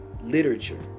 literature